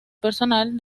personal